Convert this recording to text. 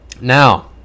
Now